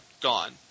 gone